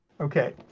Okay